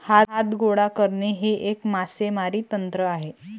हात गोळा करणे हे एक मासेमारी तंत्र आहे